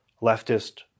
leftist